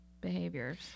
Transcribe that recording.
behaviors